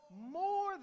more